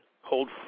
hold